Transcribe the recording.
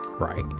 Right